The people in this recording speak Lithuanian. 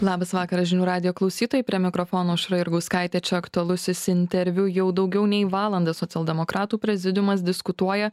labas vakaras žinių radijo klausytojai prie mikrofono aušra jurgauskaitė čia aktualusis interviu jau daugiau nei valandą socialdemokratų prezidiumas diskutuoja